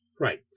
Right